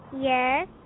Yes